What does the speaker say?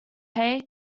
pay